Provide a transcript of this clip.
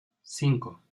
cinco